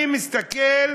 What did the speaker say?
אני מסתכל: